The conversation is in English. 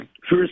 first